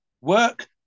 work